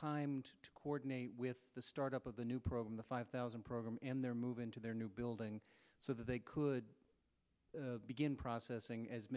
time to coordinate with the start up of the new program the five thousand program and their move into their new building so that they could begin processing as